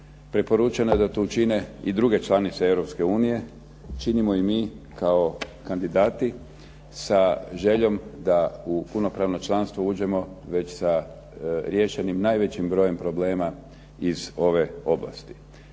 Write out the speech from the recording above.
Preporučeno je da to čine i druge članice Europske unije, činimo i mi kao kandidati sa željom da u punopravno članstvo uđemo već sa riješenim najvećim brojem problema iz ove oblasti.